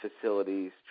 facilities